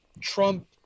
trump